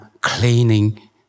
cleaning